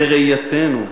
בראייתנו,